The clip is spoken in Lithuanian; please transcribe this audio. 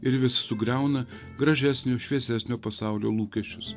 ir vis sugriauna gražesnio šviesesnio pasaulio lūkesčius